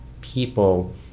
people